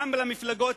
גם למפלגות